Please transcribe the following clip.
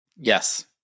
Yes